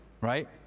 right